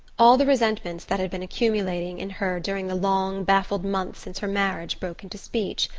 all the resentments that had been accumulating in her during the long baffled months since her marriage broke into speech.